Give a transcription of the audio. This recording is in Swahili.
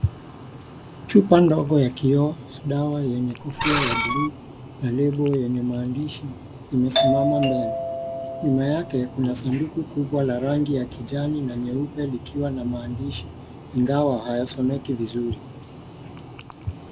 Chupa ndogo ya kioo dawa yenye kofia ya blue na lebo yenye maandisho imesimama mbele. Nyuma yake kuna sanduku kubwa la rangi ya kijani na nyeupe likiwa na maandishi, ingawa hayasomeki vizuri.